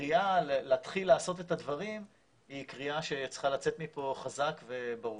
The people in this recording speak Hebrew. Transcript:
הקריאה להתחיל לעשות את הדברים היא קריאה שצריכה לצאת מפה חזק וברור.